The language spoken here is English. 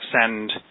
send